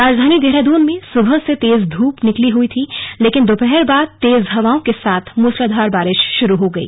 राजधानी देहरादून में सुबह से तेज धूप निकली हुई थी लेकिन दोपहर बाद तेजा हवाओं केसाथ मूसलाधार बारिश शुरू हो गई